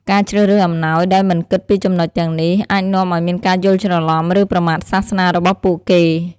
ការជ្រើសរើសអំណោយដោយមិនគិតពីចំណុចទាំងនេះ អាចនាំឲ្យមានការយល់ច្រឡំ ឬប្រមាថសាសនារបស់ពួកគេ។